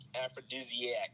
aphrodisiac